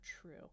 true